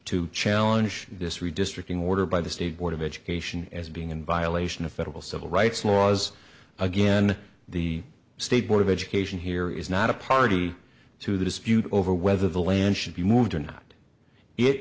to challenge this redistricting order by the state board of education as being in violation of federal civil rights laws again the state board of education here is not a party to the dispute over whether the land should be moved